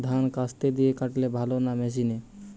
ধান কাস্তে দিয়ে কাটলে ভালো না মেশিনে?